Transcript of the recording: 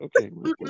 Okay